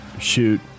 shoot